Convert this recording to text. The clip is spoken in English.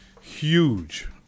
Huge